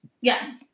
Yes